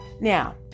Now